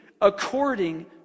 according